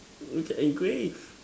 we can engrave